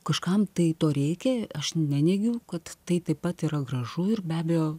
kažkam tai to reikia aš neneigiu kad tai taip pat yra gražu ir be abejo